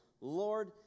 Lord